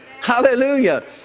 Hallelujah